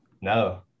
No